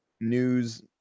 news